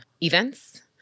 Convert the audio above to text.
events